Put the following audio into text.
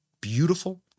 beautiful